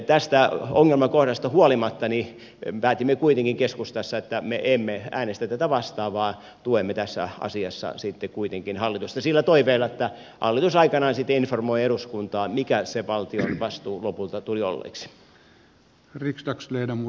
tästä ongelmakohdasta huolimatta päätimme kuitenkin keskustassa että me emme äänestä tätä vastaan vaan tuemme tässä asiassa sitten kuitenkin hallitusta sillä toiveella että hallitus aikanaan sitten informoi eduskuntaa siitä mikä se valtion vastuu lopulta tuli olleeksi